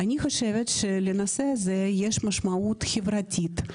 אני חושבת שלנושא הזה יש משמעות חברתית,